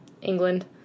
England